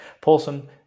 Paulson